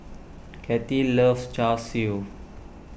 Cathi loves Char Siu